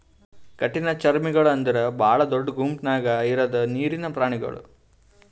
ಕಠಿಣಚರ್ಮಿಗೊಳ್ ಅಂದುರ್ ಭಾಳ ದೊಡ್ಡ ಗುಂಪ್ ನ್ಯಾಗ ಇರದ್ ನೀರಿನ್ ಪ್ರಾಣಿಗೊಳ್